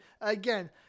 Again